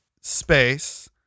Space